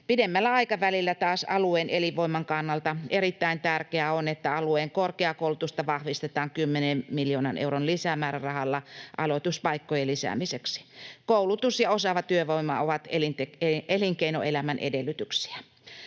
Pidemmällä aikavälillä taas alueen elinvoiman kannalta erittäin tärkeää on, että alueen korkeakoulutusta vahvistetaan 10 miljoonan euron lisämäärärahalla aloituspaikkojen lisäämiseksi. Koulutus ja osaava työvoima ovat elinkeinoelämän edellytyksiä.